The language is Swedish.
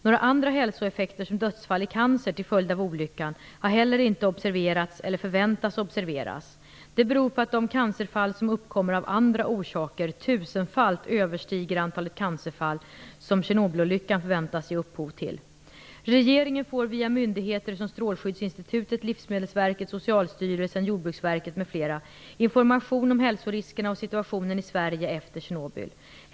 Några andra hälsoeffekter som dödsfall i cancer till följd av olyckan har heller inte observerats eller förväntas observeras. Detta beror på att de cancerfall som uppkommer av andra orsaker tusenfalt överstiger det antal cancerfall som Tjernobylolyckan förväntas ge upphov till. Regeringen får via myndigheter som Strålskyddsinstitutet, Livsmedelsverket, Socialstyrelsen, Jordbruksverket m.fl. information om hälsoriskerna och situationen i Sverige efter Tjernobyl.